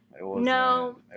no